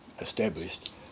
established